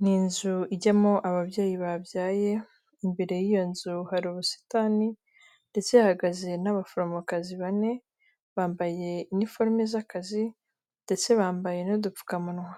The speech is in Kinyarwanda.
Ni inzu ijyamo ababyeyi babyaye, imbere y'iyo nzu hari ubusitani, ndetse hahagaze n'abaforomokazi bane, bambaye iniforme z'akazi ndetse bambaye n'udupfukamunwa.